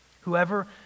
whoever